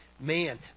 man